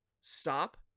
Stop